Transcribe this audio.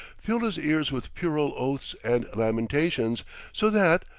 filled his ears with puerile oaths and lamentations so that,